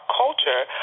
culture